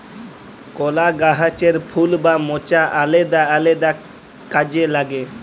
কলা গাহাচের ফুল বা মচা আলেদা আলেদা কাজে লাগে